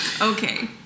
Okay